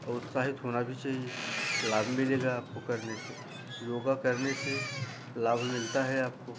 उत्साहित होना भी चहिए लाभ मिलेगा आपको करने से योग करने से लाभ मिलता है आपको